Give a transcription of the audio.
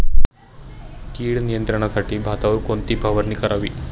कीड नियंत्रणासाठी भातावर कोणती फवारणी करावी?